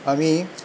আমি